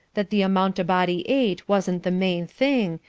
that the amount a body ate wasn't the main thing,